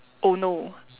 oh no